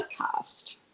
podcast